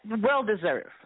well-deserved